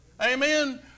Amen